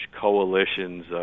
coalitions